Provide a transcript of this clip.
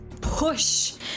push